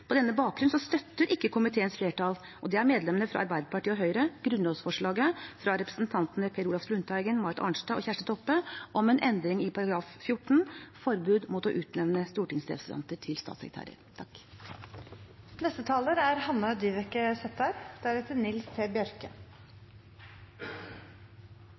Høyre – grunnlovsforslaget fra representantene Per Olaf Lundteigen, Marit Arnstad og Kjersti Toppe om en endring i § 14, forbud mot å utnevne stortingsrepresentanter til statssekretærer.